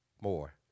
more